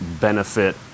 benefit